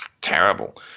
terrible